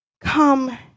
come